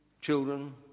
children